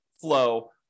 flow